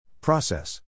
Process